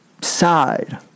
side